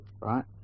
right